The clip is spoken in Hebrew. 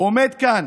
עומד כאן